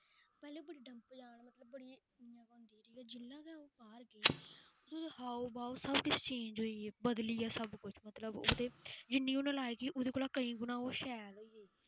पैह्ले ओह् बड़ी डंप जान मतलब बड़ी इ'यां गै होंदी ही ठीक ऐ जि'यां गै ओह् बाह्र गेई ते उ'दे हाव भाव सब किश चेंज होई गे बदलिया सब कुछ मतलब ओह् ते जिन्नी ओह् नालयक ही उ'दे कोला केईं गुणा ओह् शैल होई गेई